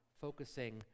focusing